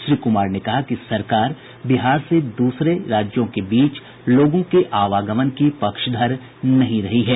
श्री कुमार ने कहा कि सरकार बिहार से द्रसरों राज्यों के बीच लोगों के आवागमन की पक्षधर नहीं रही है